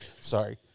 Sorry